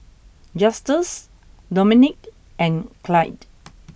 Justus Dominik and Clide